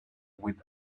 with